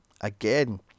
again